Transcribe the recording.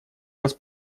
вас